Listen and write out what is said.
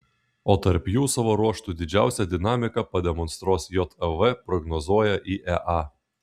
o tarp jų savo ruožtu didžiausią dinamiką pademonstruos jav prognozuoja iea